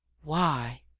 why?